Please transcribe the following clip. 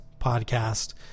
Podcast